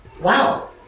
wow